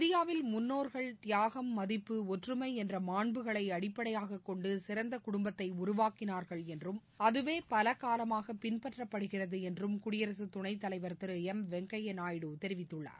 இந்தியாவில் முன்னோர்கள் தியாகம் மதிப்பு ஒற்றுமை என்ற மாண்புகளை அடிப்படையாக கொண்டு சிறந்த குடும்பத்தை உருவாக்கினார்கள் என்றும் அதுவே பல காலமாக பின்பற்றப்படுகிறது என்றும் குடியரசு துணைத் தலைவர் திரு எம் வெங்கய்யா நாயுடு தெரிவித்துள்ளார்